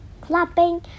clapping